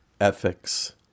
ethics